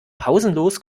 pausenlos